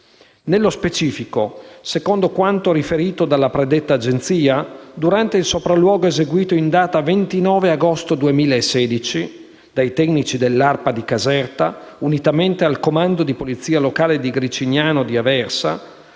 Nello specifico, secondo quanto riferito dalla predetta agenzia, durante il sopralluogo eseguito in data 29 agosto 2016 dai tecnici dell'ARPAC di Caserta, unitamente al comando di polizia locale di Gricignano di Aversa,